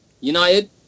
United